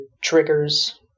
triggers